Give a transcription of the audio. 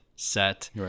Set